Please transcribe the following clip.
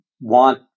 want